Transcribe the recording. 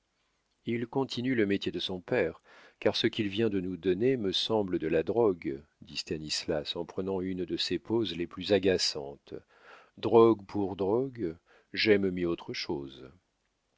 il continue le métier de son père car ce qu'il vient de nous donner me semble de la drogue dit stanislas en prenant une de ses poses les plus agaçantes drogue pour drogue j'aime mieux autre chose